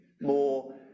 more